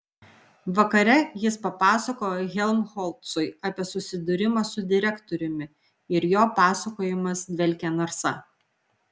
vakare jis papasakojo helmholcui apie susidūrimą su direktoriumi ir jo pasakojimas dvelkė narsa